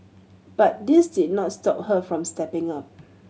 but this did not stop her from stepping up